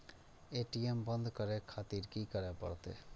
ATM बंद करें खातिर की करें परतें?